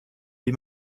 wie